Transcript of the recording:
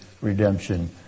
redemption